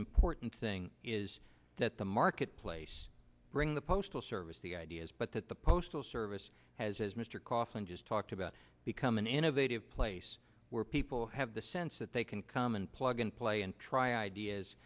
important thing is that the marketplace bring the postal service the ideas but that the postal service has as mr kaufman just talked about become an innovative place where people have the sense that they can come and plug and play and try ideas